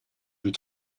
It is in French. plus